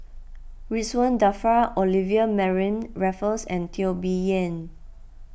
Ridzwan Dzafir Olivia Mariamne Raffles and Teo Bee Yen